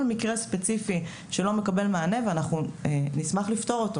כל מקרה ספציפי שלא מקבל מענה ואנחנו נשמח לפתור,